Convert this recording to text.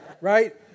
Right